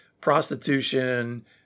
prostitution